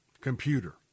Computer